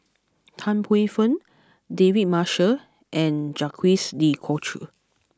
Tan Paey Fern David Marshall and Jacques De Coutre